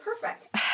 perfect